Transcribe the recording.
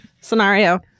scenario